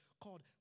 called